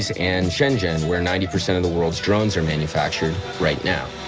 and shenzhen, where ninety percent of the world's drones are manufactured, right now.